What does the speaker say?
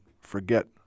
forget